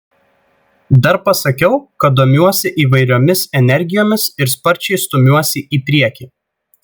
dar pasakiau kad domiuosi įvairiomis energijomis ir sparčiai stumiuosi į priekį